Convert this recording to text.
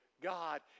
God